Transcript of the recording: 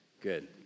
Good